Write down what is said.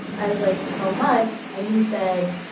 i was like, how much? and he said,